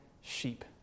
sheep